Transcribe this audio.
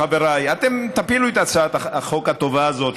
חבריי: אתם תפילו את הצעת החוק הטובה הזאת,